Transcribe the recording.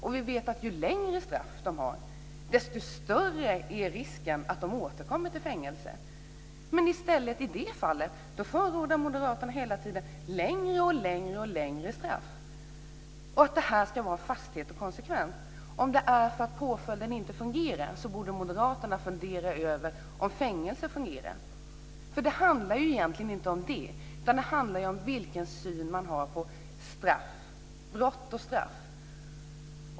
Vi vet också att ju längre straff man har, desto större är risken att man återkommer till fängelset. Men i det fallet förordar moderaterna i stället hela tiden längre och längre straff och att det ska vara fasthet och konsekvens. Om inte påföljden fungerat borde moderaterna fundera över om fängelse fungerar. Det handlar egentligen inte om det, utan om vilken syn man har på brott och straff.